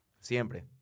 Siempre